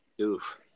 Oof